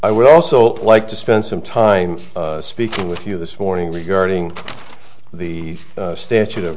i would also like to spend some time speaking with you this morning regarding the statute of